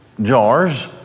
Jars